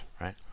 right